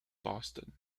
boston